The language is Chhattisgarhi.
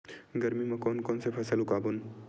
गरमी मा कोन कौन से फसल उगाबोन?